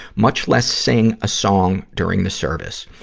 much less sing a song during the service.